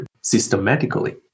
systematically